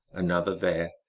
another there,